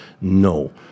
no